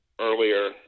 earlier